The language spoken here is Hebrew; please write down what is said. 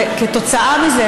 וכתוצאה מזה,